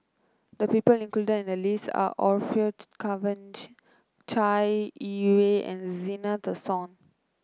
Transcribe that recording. the people included in the list are Orfeur Cavenagh Chai Yee Wei and Zena Tessensohn